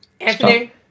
Anthony